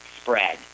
spread